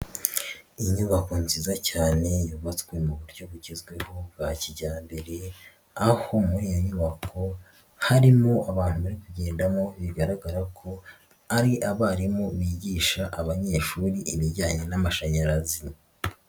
Inyubako nziza cyane yubatswe mu buryo bugezweho bwa kijyambere aho muri iyo nyubako harimo abantu kugendamo bigaragara ko ari abarimu bigisha abanyeshuri ibijyanye n'amashanyarazi.